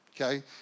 okay